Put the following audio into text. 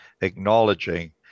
acknowledging